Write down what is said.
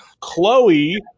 Chloe